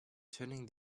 turning